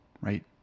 right